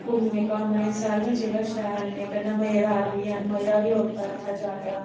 घूमने घामने सारियां जगह् शैल न एह् कन्नै मज़ेदार बी हैन मज़ा बी औंदा इत्थै जाने दा